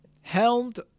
Helmed